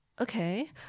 okay